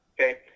Okay